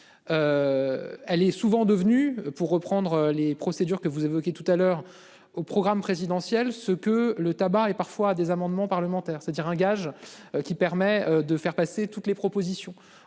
Elle est souvent devenu pour reprendre les procédures que vous évoquiez tout à l'heure au programme présidentiel ce que le tabac et parfois des amendements parlementaires, c'est-à-dire un gage qui permet de faire passer toutes les propositions